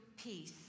peace